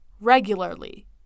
regularly